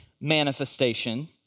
manifestation